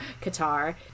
qatar